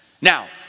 Now